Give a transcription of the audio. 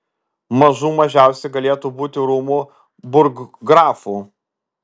mažų mažiausiai galėtų būti rūmų burggrafu